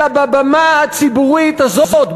אלא בבמה הציבורית הזאת,